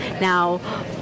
Now